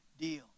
deal